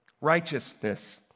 Righteousness